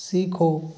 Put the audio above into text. सीखो